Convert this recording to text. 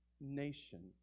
nation